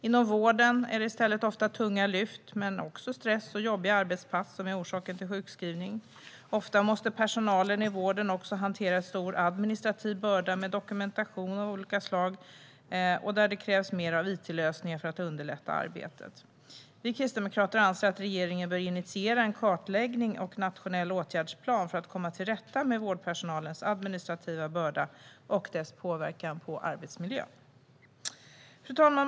Inom vården är det i stället ofta tunga lyft men också stress och jobbiga arbetspass som är orsaken till sjukskrivning. Ofta måste personalen i vården också hantera en stor administrativ börda med dokumentation av olika slag och där det krävs mer av it-lösningar för att underlätta arbetet. Vi kristdemokrater anser att regeringen bör initiera en kartläggning och nationell åtgärdsplan för att komma till rätta med vårdpersonalens administrativa börda och dess påverkan på arbetsmiljön. Fru talman!